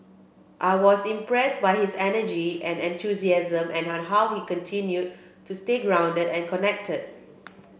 I was impressed by his energy and enthusiasm and how he continued to stay grounded and connected